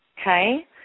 Okay